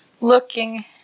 looking